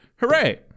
Hooray